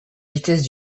vitesse